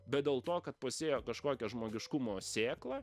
bet dėl to kad pasėjo kažkokią žmogiškumo sėklą